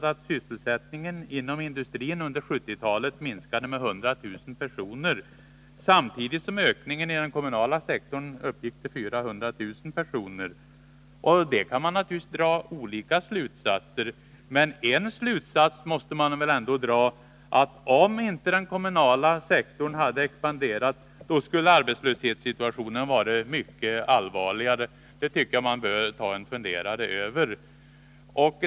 Nr 87 sysselsättningen inom industrin under 1970-talet minskade med 100 000 Onsdagen den personer samtidigt som ökningen inom den kommunala sektorn uppgick till 25 februari 1981 400 000 personer. Av detta kan man naturligtvis dra olika slutsatser, men en slutsats måste man väl ändå dra: Hade inte den kommunala sektorn = Finansdebatt expanderat, skulle arbetslöshetssituationen ha varit mycket allvarligare. Jag tycker att man bör ta sig en funderare över detta.